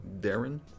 darren